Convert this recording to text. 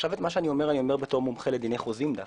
מה שאומר, אני אומר בתור מומחה לדיני חוזין דווקא: